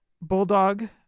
Bulldog